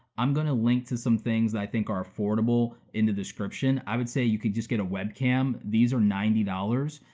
i'm gonna link to some things that i think are affordable in the description, i would say you could just get a webcam, these are ninety dollars,